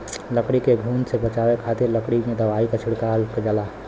लकड़ी के घुन से बचावे खातिर लकड़ी पे दवाई छिड़कल जाला